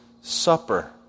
Supper